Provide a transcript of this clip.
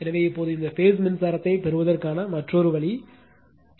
எனவே இப்போது இந்த பேஸ் மின்சாரத்தை ப் பெறுவதற்கான மற்றொரு வழி கே